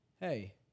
hey